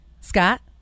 Scott